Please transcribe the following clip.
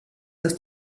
dass